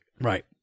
Right